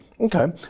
okay